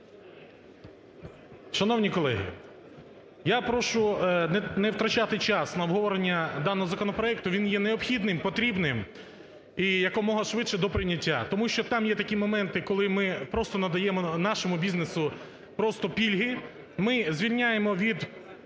Шановні колеги, я прошу не втрачати час на обговорення даного законопроекту, він є необхідним, потрібним, і якомога швидше до прийняття. Тому що там є такі моменти, коли ми просто надаємо нашому бізнесу просто пільги. Ми звільняємо від